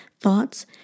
thoughts